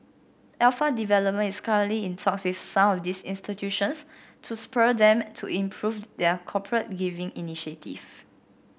Alpha Development is currently in talks with some of these institutions to spur them to improve their corporate giving initiatives